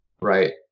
right